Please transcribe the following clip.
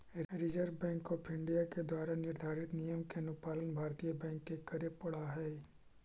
reserve bank of India के द्वारा निर्धारित नियम के अनुपालन भारतीय बैंक के करे पड़ऽ हइ